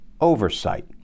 oversight